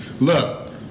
look